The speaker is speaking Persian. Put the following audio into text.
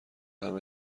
همه